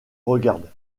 regarde